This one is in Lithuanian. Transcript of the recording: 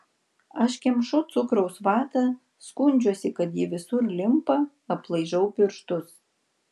aš kemšu cukraus vatą skundžiuosi kad ji visur limpa aplaižau pirštus